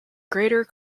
greater